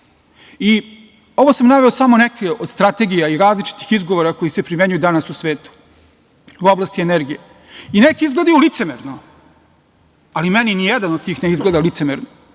sam naveo samo neke od strategije i različitih izgovora koji se primenjuju danas u svetu u oblasti energije. Neki izgledaju licemerno, ali meni nijedan od njih ne izgleda licemerno,